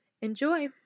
enjoy